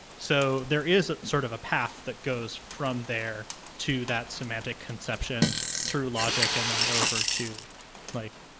so, there is a sort of a path that goes from there to that semantic conception through logic and then over to like,